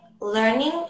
learning